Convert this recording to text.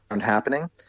happening